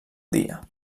dia